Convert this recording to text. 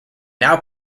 now